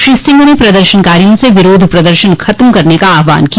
श्री सिंह ने प्रदर्शनकारियों से विरोध प्रदर्शन खत्म करने का आहवान किया